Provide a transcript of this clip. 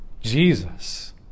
Jesus